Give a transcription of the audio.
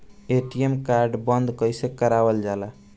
ATM card बन्द कईसे करावल जाला?